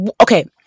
okay